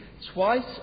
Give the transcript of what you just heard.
twice